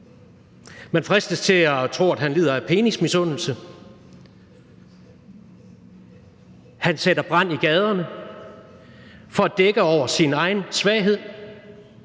Man fristes til at tro, at han lider af penismisundelse. Han sætter brand i gaderne for at dække over sin egen svaghed.